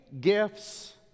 gifts